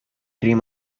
dream